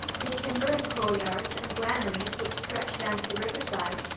the timber and coal yards, and granaries, which stretched down to the river side,